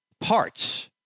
parts